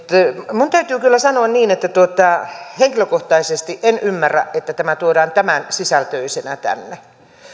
minun täytyy kyllä sanoa niin että henkilökohtaisesti en ymmärrä että tämä tuodaan tämän sisältöisenä tänne